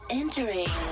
entering